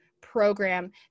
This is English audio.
program